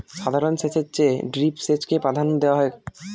সাধারণ সেচের চেয়ে ড্রিপ সেচকে প্রাধান্য দেওয়া হয়